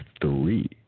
three